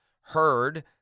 heard